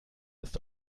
ist